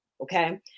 okay